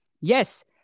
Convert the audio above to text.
yes